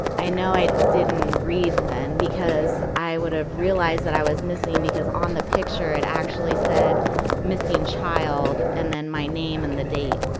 i know i didn't read and then because i would have realized that i was missing because on the picture it actually said missing child and then my name and the date.